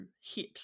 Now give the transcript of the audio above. hit